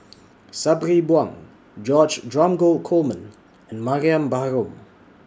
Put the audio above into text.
Sabri Buang George Dromgold Coleman and Mariam Baharom